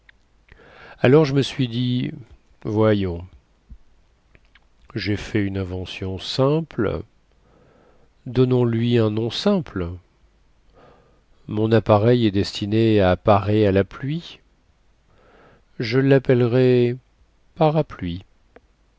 alors je me suis dit voyons jai fait une invention simple donnons-lui un nom simple mon appareil est destiné à parer à la pluie je lappellerai parapluie